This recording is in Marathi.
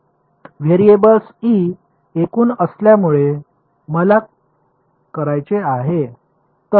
तर व्हेरिएबल E एकूण असल्यामुळे मला करायचे आहे